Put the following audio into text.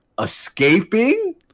escaping